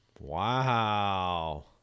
Wow